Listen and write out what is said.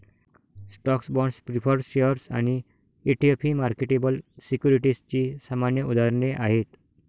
stocks, bonds, preferred shares आणि ETF ही marketable सिक्युरिटीजची सामान्य उदाहरणे आहेत